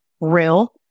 real